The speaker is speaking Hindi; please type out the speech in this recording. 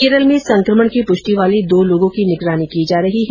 केरल में संकमण की पुष्टि वाले दो लोगों की निगरानी की जा रही है